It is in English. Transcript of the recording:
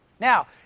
Now